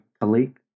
colleague